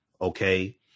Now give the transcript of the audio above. Okay